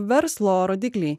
verslo rodikliai